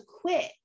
quit